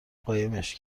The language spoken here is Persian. قایمش